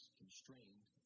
constrained